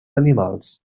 animals